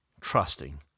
trusting